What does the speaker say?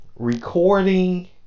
Recording